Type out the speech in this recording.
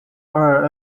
our